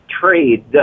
trade